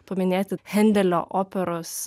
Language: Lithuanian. paminėti hendelio operos